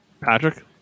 Patrick